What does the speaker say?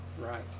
right